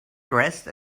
dressed